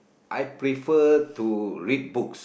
I prefer to read books